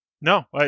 No